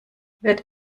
wird